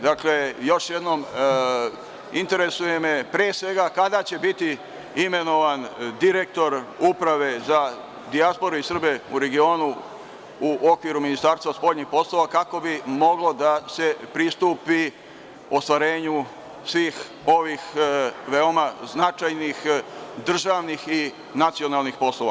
Dakle, još jednom, interesuje me pre svega kada će biti imenovan direktor Uprave za dijasporu i Srbe u regionu u okviru Ministarstva spoljnih poslova kako bi moglo da se pristupi ostvarenju svih ovih veoma značajnih državnih i nacionalnih poslova?